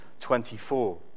24